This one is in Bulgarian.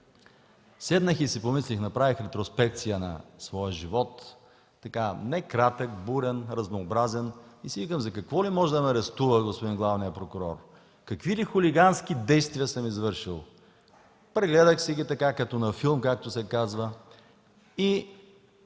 Седнах и си помислих, направих ретроспекция на своя живот, така – некратък, бурен, разнообразен, и си викам: „За какво ли може да ме арестува господин главният прокурор, какви ли хулигански действия съм извършил?” Прегледах си ги – така като на филм, както се казва, и